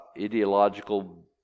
ideological